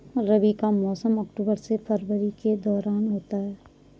रबी का मौसम अक्टूबर से फरवरी के दौरान होता है